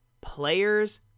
players